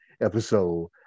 episode